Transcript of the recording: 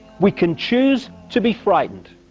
we can choose to be frightened.